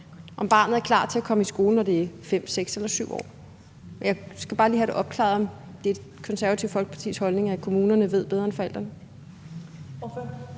om barnet er klar til at komme i skole, når det er 5, 6 eller 7 år. Jeg skal bare lige have opklaret, om det er Det Konservative Folkepartis holdning, at kommunerne ved bedre end forældrene.